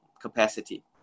capacity